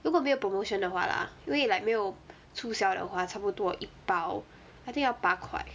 如果没有 promotion 的话 lah 因为 like 没有促销的话差不多一包 I think 要八块